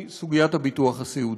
היא סוגיית הביטוח הסיעודי.